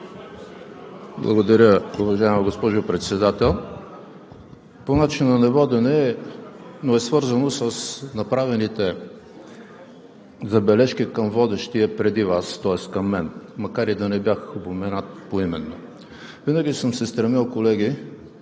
Благодаря, уважаема госпожо Председател. По начина на водене, но е свързано с направените забележки към водещия преди Вас, тоест към мен, макар и да не бях упоменат поименно. Винаги съм се стремил, колеги,